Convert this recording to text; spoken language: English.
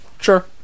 Sure